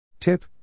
Tip